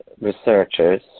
researchers